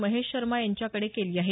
महेश शर्मा यांच्याकडे केली आहे